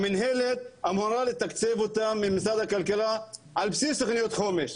המנהלת אמורה לתקצב אותם ממשרד הכלכלה על בסיס תוכניות חומש,